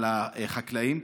על החקלאים.